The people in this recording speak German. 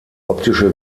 optische